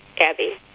Abby